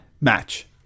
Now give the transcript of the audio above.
match